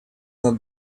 над